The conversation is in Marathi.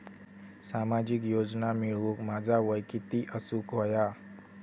सामाजिक योजना मिळवूक माझा वय किती असूक व्हया?